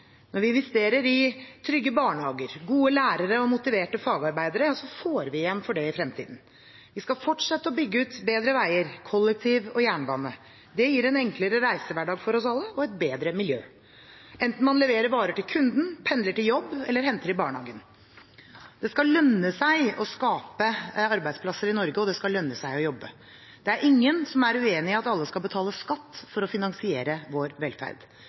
Når vi investerer i trygge barnehager, gode lærere og motiverte fagarbeidere, får vi igjen for det i fremtiden. Vi skal fortsette å bygge ut bedre veier, kollektivtilbudet og jernbanen. Det gir en enklere reisehverdag for oss alle og et bedre miljø, enten man leverer varer til kunden, pendler til jobb eller henter i barnehagen Det skal lønne seg å skape arbeidsplasser og å jobbe i Norge. Det er ingen som er uenig i at alle skal betale skatt for å finansiere vår velferd.